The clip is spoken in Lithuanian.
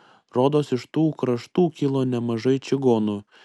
rodos iš tų kraštų kilo nemažai čigonų